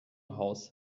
haus